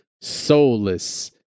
soulless